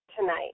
tonight